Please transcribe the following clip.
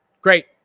Great